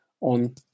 on